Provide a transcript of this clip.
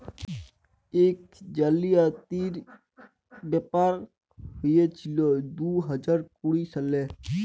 ইক জালিয়াতির ব্যাপার হঁইয়েছিল দু হাজার কুড়ি সালে